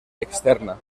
externa